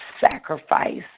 sacrifice